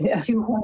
two